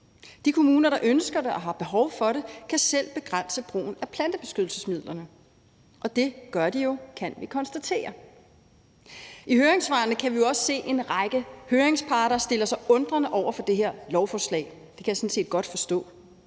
De kommuner, der ønsker det og har behov for det, kan selv begrænse brugen af plantebeskyttelsesmidler, og det gør de jo, kan vi konstatere. I høringssvarene kan vi også se, at en række høringsparter stiller sig undrende over for det her lovforslag, og det kan jeg sådan set godt forstå.